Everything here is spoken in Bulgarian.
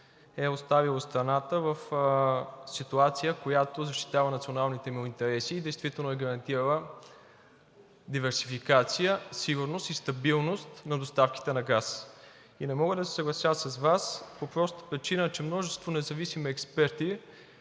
е оставило страната в ситуация, която защитава националните му интереси и действително е гарантирала диверсификация, сигурност и стабилност на доставките на газ. И не мога да се съглася с Вас по простата причина, че множество независими експерти